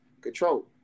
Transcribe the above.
control